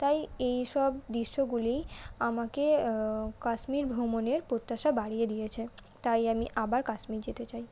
তাই এইসব দৃশ্যগুলি আমাকে কাশ্মীর ভ্রমণের প্রত্যাশা বাড়িয়ে দিয়েছে তাই আমি আবার কাশ্মীর যেতে চাই